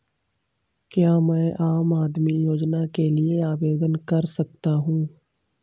क्या मैं आम आदमी योजना के लिए आवेदन कर सकता हूँ?